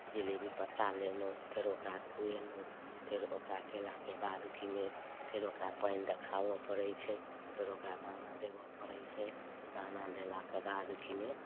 जिलेबी पत्ता लेलहुँ फेर ओकरा खुएलहुँ फेर ओकरा कयलाके बाद किने फेर ओकरा पानि देखाबय पड़ैत छै फेर ओकरा दाना देबय पड़ैत छै दाना देलाके बाद किने